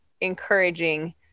encouraging